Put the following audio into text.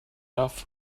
off